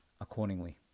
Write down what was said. accordingly